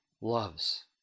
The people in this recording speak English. loves